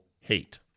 hate